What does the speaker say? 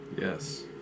Yes